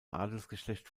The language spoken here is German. adelsgeschlecht